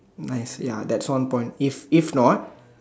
nice ya that's one point if if not